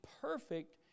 perfect